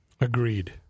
Agreed